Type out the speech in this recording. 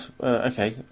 okay